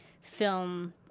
film